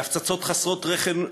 להפצצות חסרות רחם,